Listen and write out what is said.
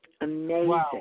Amazing